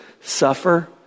suffer